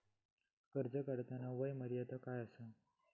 कर्ज काढताना वय मर्यादा काय आसा?